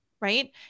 right